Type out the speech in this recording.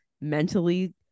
mentally